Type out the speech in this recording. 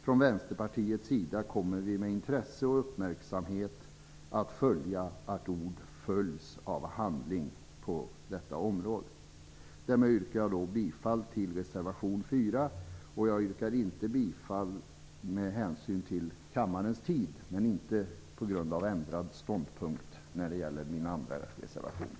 Från Vänsterpartiets sida kommer vi med intresse och uppmärksamhet att bevaka att ord följs av handling på detta område. Med detta yrkar jag bifall till reservation 4. Jag yrkar, inte på grund av ändrad ståndpunkt utan med hänsyn till kammarens tid, inte bifall till min andra reservation.